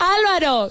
Álvaro